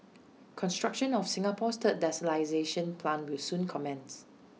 construction of Singapore's third desalination plant will soon commence